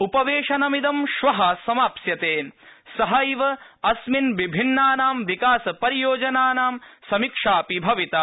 उपवेशनमिदं श्व समाप्स्यते सहैव अस्मिन् विभिन्नानां विकासपरियोजनानां समीक्षापि भविता